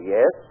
Yes